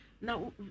Now